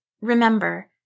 Remember